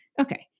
Okay